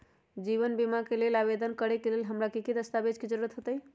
जीवन बीमा के लेल आवेदन करे लेल हमरा की की दस्तावेज के जरूरत होतई?